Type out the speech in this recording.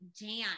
dance